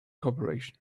corporation